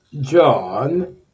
John